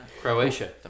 Croatia